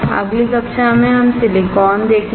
अगली कक्षा में हम सिलिकॉन देखेंगे